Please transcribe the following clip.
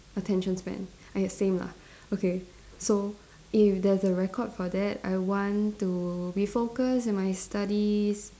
attention span ya same lah okay so if there's a record for that I want to be focused in my studies